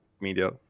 media